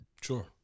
Sure